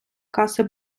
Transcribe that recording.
каси